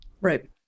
Right